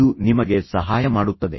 ಇದು ನಿಮಗೆ ಸಹಾಯ ಮಾಡುತ್ತದೆ